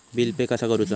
Bill pay कसा करुचा?